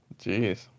Jeez